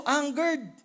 angered